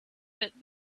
that